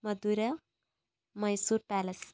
Madurai Mysore palace